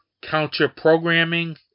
counter-programming